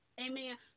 Amen